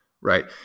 right